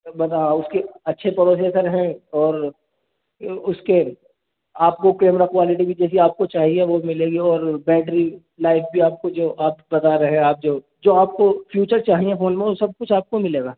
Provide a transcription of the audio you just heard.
بس ہاں اس کے اچھے پروسیسر ہیں اور اس کے آپ کو کیمرہ کوالٹی بھی جیسی آپ کو چاہیے وہ ملے گی اور بیٹری لائف بھی آپ کو جو آپ بتا رہے ہیں آپ جو جو آپ کو فیوچر چاہییں فون میں وہ سب کچھ آپ کو ملے گا